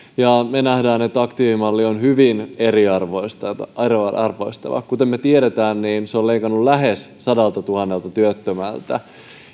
ja me näemme että aktiivimalli on hyvin eriarvoistava kuten me tiedämme se on leikannut lähes sadaltatuhannelta työttömältä